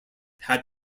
had